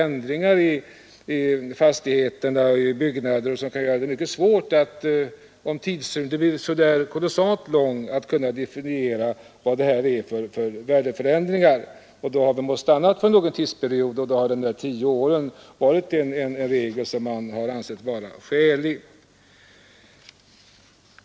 Ändringar av byggnaderna kan ske, och om tidrymden blir kolossalt lång kan det bli mycket svårt att definiera värdeföränringarna. Man har fått stanna vid en begränsad tidsperiod och har då ansett tio år vara skäligt.